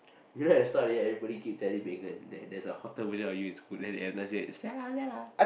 you know at the start of the year everybody keep telling Megan that there's a hotter version of you in school then she every time say Stella Stella